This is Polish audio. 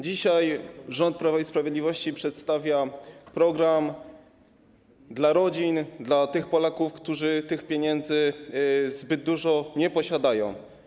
Dzisiaj rząd Prawa i Sprawiedliwości przedstawia program dla rodzin, dla Polaków, którzy tych pieniędzy zbyt dużo nie posiadają.